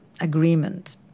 agreement